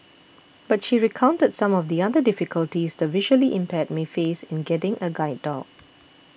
but she recounted some of the other difficulties the visually impaired may face in getting a guide dog